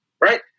right